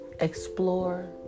Explore